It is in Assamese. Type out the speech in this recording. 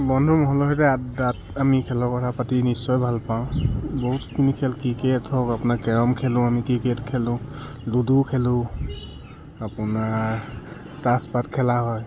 বন্ধু মহলৰ সৈতে আড্ডাত আমি খেলৰ কথা পাতি নিশ্চয় ভাল পাওঁ বহুতখিনি খেল ক্ৰিকেট হওক আপোনাৰ কেৰম খেলোঁ আমি ক্ৰিকেট খেলোঁ লুডু খেলোঁ আপোনাৰ তাছপাট খেলা হয়